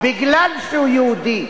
מפני שהוא יהודי,